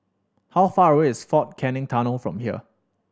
how far away is Fort Canning Tunnel from here